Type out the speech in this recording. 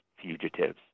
fugitives